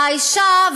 האישה,